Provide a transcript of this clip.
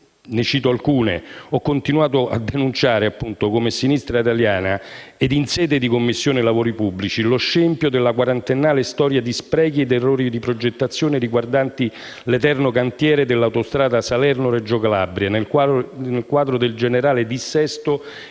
Ne cito alcune. E ho continuato a denunciare, come Sinistra Italiana, in sede di Commissione lavori pubblici, lo scempio della quarantennale storia di sprechi ed errori di progettazione riguardanti l'eterno cantiere della autostrada Salerno-Reggio Calabria, nel quadro del generale dissesto